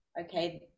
okay